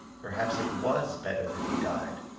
perhaps it was better that he died.